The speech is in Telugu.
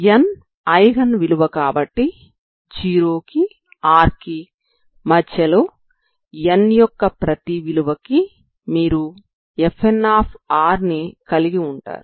n ఐగెన్ విలువ కాబట్టి 0 కి R కి మధ్యలో n యొక్క ప్రతి విలువకి మీరు Fn ని కలిగి ఉంటారు